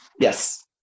Yes